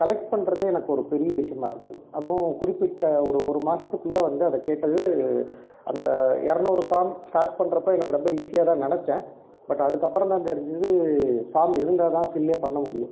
collect பண்ணுறதே எனக்கு ஒரு பெரிய விஷயமா இருந்தது அதுவும் குறிப்பிட்ட ஒரு ஒரு மாதத்துக்குள்ள வந்து அதைக்கேட்டது அந்த இரநூறு ஃபார்ம் ஸ்டார்ட் பண்றப்போ எனக்கு ரொம்ப ஈஸியாக தான் நினச்சேன் பட் அதுக்கப்புறந்தான் தெரிஞ்சுது ஃபார்ம் இருந்தால்தான் ஃபில்லே பண்ண முடியும்